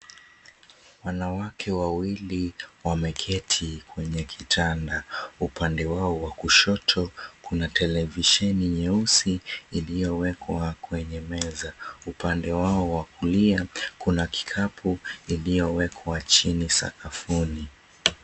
Wanawake wawili wameketi kwenye kitanda, upande wao wa kushoto kuna televisheni nyeusi iliyowekwa kwenye meza, upande wao wa kulia kuna kikapu iliyowekwa chini sakafuni.